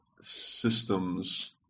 systems